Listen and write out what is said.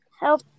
help